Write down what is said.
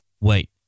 Wait